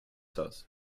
das